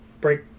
break